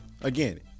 again